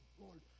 Lord